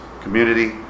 community